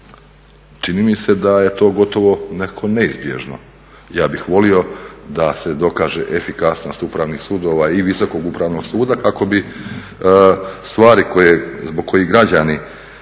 Čini mi se da je to gotovo nekako neizbježno. Ja bih volio da se dokaže efikasnost Upravnih sudova i Visokog upravnog suda kako bi stvari koje, zbog kojih građani